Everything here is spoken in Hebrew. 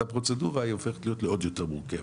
הפרוצדורה היא הופכת להיות לעוד יותר מורכבת.